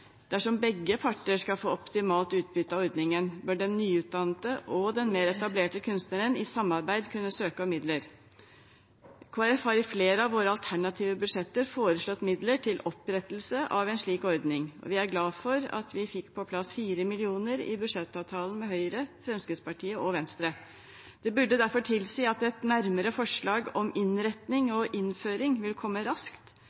Dersom begge parter skal få optimalt utbytte av ordningen, bør den nyutdannede og den mer etablerte kunstneren i samarbeid kunne søke om midler. Kristelig Folkeparti har i flere av sine alternative budsjetter foreslått midler til opprettelse av en slik ordning, og vi er glad for at vi fikk på plass 4 mill. kr i budsjettavtalen med Høyre, Fremskrittspartiet og Venstre. Det burde tilsi at et nærmere forslag om innretning og innføring vil komme raskt,